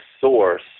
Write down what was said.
source